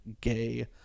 gay